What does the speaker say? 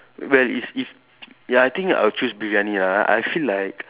well is if ya I think I'll choose briyani ah I feel like